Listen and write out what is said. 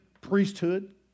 priesthood